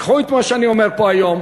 קחו את מה שאני אומר פה היום,